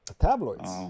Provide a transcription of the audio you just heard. tabloids